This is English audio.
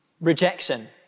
Rejection